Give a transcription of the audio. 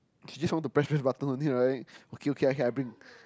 you just want to press press button only right okay okay okay I bring